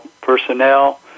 personnel